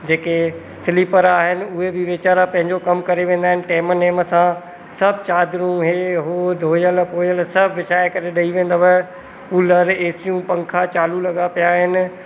जेके स्लीपर आहिनि उहे बि वेचारा पंहिंजो कमु करे वेंदा आहिनि टाइम नेम सां सभु चादरूं हे हो धोयल पोयल सभु विछाए करे ॾेई वेंदव कूलर एसियूं पंखा चालू लॻा पिया आहिनि